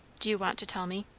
do you want to tell me?